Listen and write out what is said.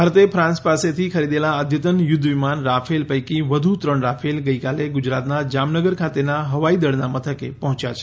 ભારતે ફાંસ પાસેથી ખરીદેલા અદ્યતન યુધ્ધવિમાન રાફેલ પૈકી વધુ ત્રણ રાફેલ ગઈકાલે ગુજરાતના જામનગર ખાતેના હવાઈદળના મથકે પહોંચ્યા છે